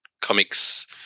comics